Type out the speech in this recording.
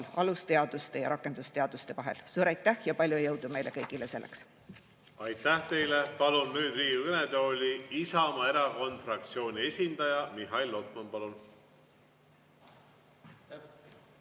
alusteaduste ja rakendusteaduste vahel. Suur aitäh ja palju jõudu meile kõigile selleks!